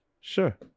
Sure